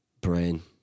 brain